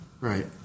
Right